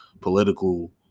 political